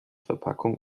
verpackung